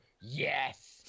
yes